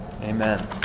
Amen